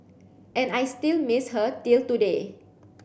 and I still miss her till today